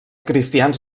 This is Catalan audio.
cristians